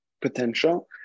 potential